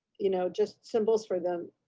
you know just symbols for them,